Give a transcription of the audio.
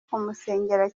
kumusengera